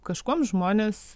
kažkuom žmonės